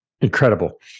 Incredible